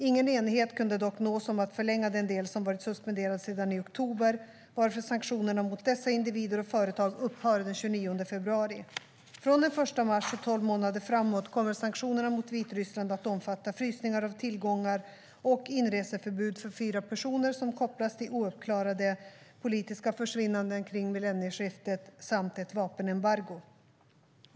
Ingen enighet kunde dock nås om att förlänga den del som varit suspenderad sedan i oktober, varför sanktionerna mot dessa individer och företag upphör den 29 februari. Från den 1 mars och tolv månader framåt kommer sanktionerna mot Vitryssland att omfatta frysningar av tillgångar och inreseförbud för fyra personer som kopplas till ouppklarade politiska försvinnanden kring millennieskiftet samt ett vapenembargo.